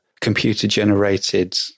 computer-generated